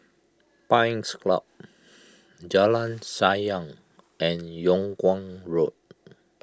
Pines Club Jalan Sayang and Yung Kuang Road